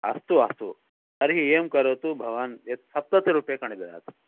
अस्तु अस्तु तर्हि एवं करोतु भवान् यत् सप्ततिरूप्यकाणि ददातु